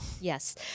Yes